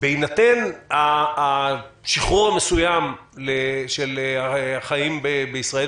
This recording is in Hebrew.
בהינתן השחרור המסוים של החיים בישראל,